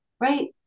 Right